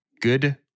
Good